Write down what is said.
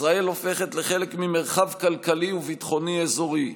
ישראל הופכת לחלק ממרחב כלכלי וביטחוני אזורי.